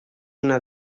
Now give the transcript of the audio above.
una